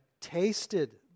tasted